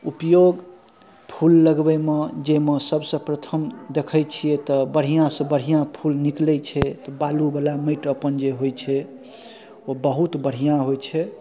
उपयोग फूल लगबैमे जे अइमे सबसँ प्रथम देखै छियै तऽ बढ़िआँसँ बढ़िआँ फूल निकलै छै बालुवला माटि अपन जे होइ छै ओ बहुत बढ़िआँ होइ छै